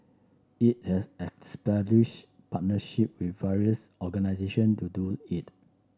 it has established partnership with various organisation to do it